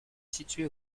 située